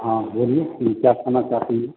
हाँ बोलिए क्या खाना चाहती हैं